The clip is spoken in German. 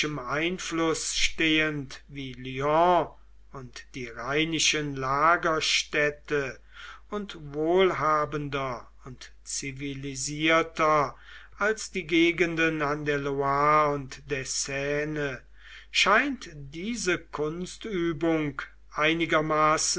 einfluß stehend wie lyon und die rheinischen lagerstädte und wohlhabender und zivilisierter als die gegenden an der loire und der seine scheint diese kunstübung einigermaßen